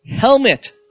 helmet